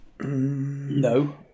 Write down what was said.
No